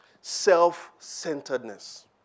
self-centeredness